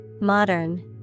Modern